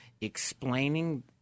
explaining